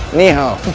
ni hao.